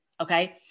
okay